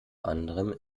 anderem